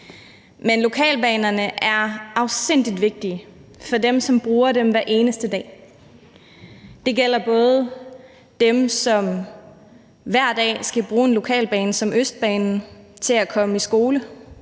men lokalbanerne er afsindig vigtige for dem, som bruger dem hver eneste dag. Det gælder dem, som hver dag skal bruge en lokalbane som Østbanen til at komme i skole,